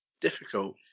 difficult